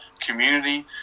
community